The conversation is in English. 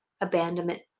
abandonment